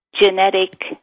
genetic